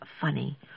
funny